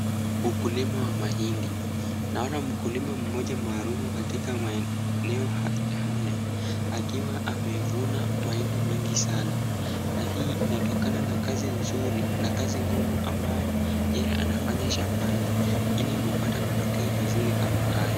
Ukulima wa mahindi. Naona mkulima mmoja maarufu katika maeneo haya akiwa amevuna mahindi mingi sana na hii inatokana na kazi nzuri na kazi ngumu ambayo yeye anafanya shambani ili kupata matokeo mazuri kama haya.